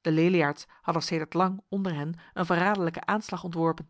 de leliaards hadden sedert lang onder hen een verraderlijke aanslag ontworpen